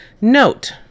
Note